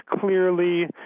clearly